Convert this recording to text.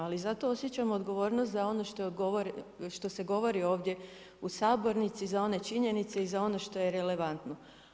Ali zato osjećam odgovornost za ono što se govori ovdje u sabornici, za one činjenice i za ono što je relevantno.